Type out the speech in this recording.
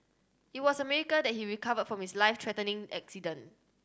it was a miracle that he recovered from his life threatening accident